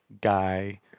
guy